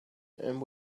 and